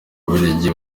bubiligi